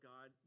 God